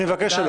אני מבקש שלא.